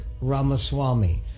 Ramaswamy